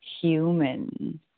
human